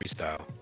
freestyle